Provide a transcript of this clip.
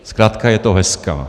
Zkratka je to hezká.